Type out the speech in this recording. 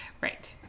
right